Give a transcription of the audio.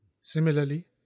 Similarly